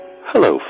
Hello